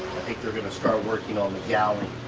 think they're gonna start working on the galley